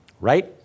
Right